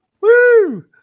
Woo